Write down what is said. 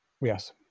yes